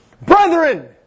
Brethren